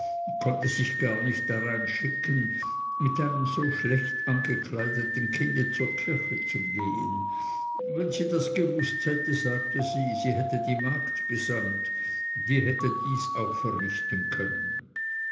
konnte sich gar nicht darein schicken mit einem so schlecht angekleideten kinde zur kirche zu gehen wenn sie das gewußt hätte sagte sie sie hätte die magd gesandt die hätte dieses auch verrichten können